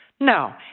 No